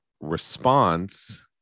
response